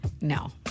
No